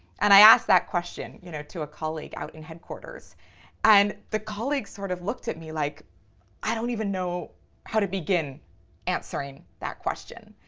and i asked that question you know to a colleague out in headquarters and the colleague sort of looked at me like i don't even know how to begin answering that question.